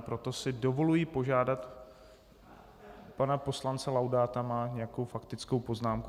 Proto si dovoluji požádat pana poslance Laudáta má nějakou faktickou poznámku.